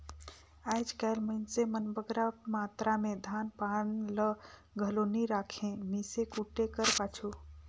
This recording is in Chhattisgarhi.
आएज काएल मइनसे मन बगरा मातरा में धान पान ल घलो नी राखें मीसे कूटे कर पाछू